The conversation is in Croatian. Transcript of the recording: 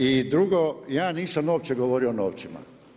I drugo ja nisam uopće govorio o novcima.